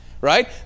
Right